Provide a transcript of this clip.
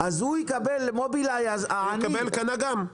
אז מובילאיי יקבל --- הוא קנה גם.